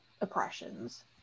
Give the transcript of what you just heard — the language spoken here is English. oppressions